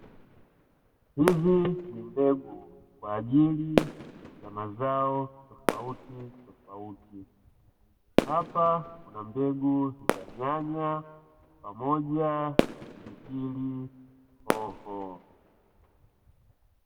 Hizi ni mbegu kwa ajili ya mazao tofauti tofauti, hapa kunambegu za nyanya pamoja na pilipili hoho.